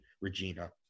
Regina